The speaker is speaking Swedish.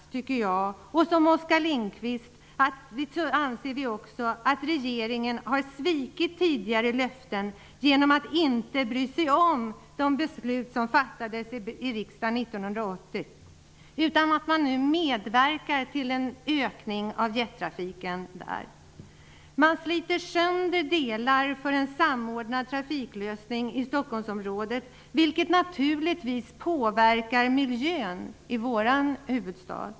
Jag anser -- liksom Oskar Lindkvist -- att regeringen har svikit tidigare löften genom att inte bry sig om de beslut som fattades i riksdagen 1980. Man medverkar nu till en ökning av jettrafiken. Man sliter sönder delar för en samordnad trafiklösning i Stockholmsområdet, vilket naturligtvis påverkar miljön i vår huvudstad.